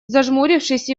зажмурившись